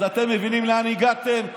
אז אתם מבינים לאן הגעתם?